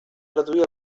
reduir